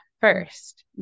first